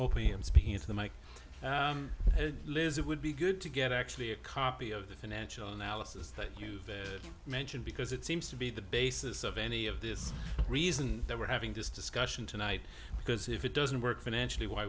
i'm speaking to the mike who lives it would be good to get actually a copy of the financial analysis that you mention because it seems to be the basis of any of this reason that we're having this discussion tonight because if it doesn't work financially why